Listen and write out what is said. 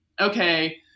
okay